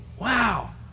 Wow